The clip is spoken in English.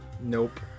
Nope